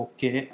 Okay